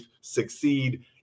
succeed